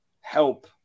help